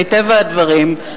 מטבע הדברים,